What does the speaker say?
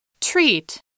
Treat